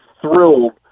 thrilled